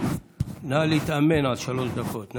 נא להתאמן על שלוש דקות.